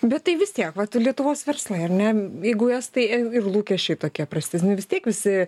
bet tai vis tiek vat lietuvos verslai ar ne jeigu estai ir lūkesčiai tokie prastesni vis tiek visi